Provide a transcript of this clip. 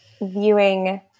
viewing